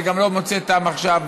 אני גם לא מוצא טעם עכשיו